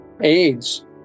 AIDS